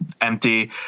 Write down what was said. empty